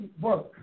work